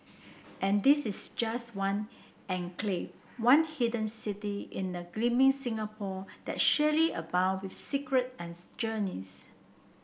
and this is just one enclave one hidden city in a gleaming Singapore that surely abound with secret and journeys